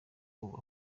ubu